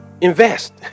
invest